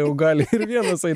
jau gali ir vienas eit